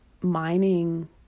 mining